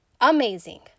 amazing